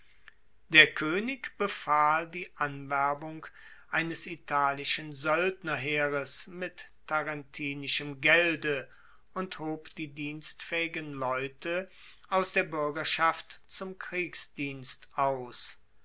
der koenig befahl die anwerbung eines italischen soeldnerheeres mit tarentinischem gelde und hob die dienstfaehigen leute aus der buergerschaft zum kriegsdienst aus